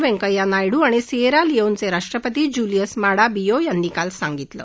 वैंकय्या नायडू आणि सियेरा लियोनचे राष्ट्रपती जूलियस माडा बियो यांनी काल सांगितलं